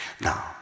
Now